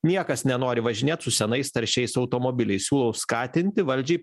niekas nenori važinėt su senais taršiais automobiliais siūlau skatinti valdžiai